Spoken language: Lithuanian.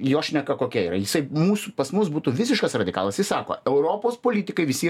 jo šneka kokia yra jisai mūsų pas mus būtų visiškas radikalas sako europos politikai visi